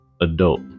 adult